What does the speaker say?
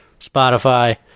Spotify